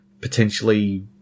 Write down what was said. potentially